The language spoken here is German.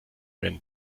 wenn